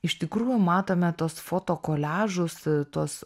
iš tikrųjų matome tuos foto koliažus tuos